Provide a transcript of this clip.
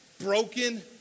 broken